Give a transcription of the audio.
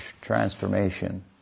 transformation